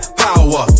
power